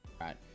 right